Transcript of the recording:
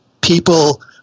people